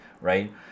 right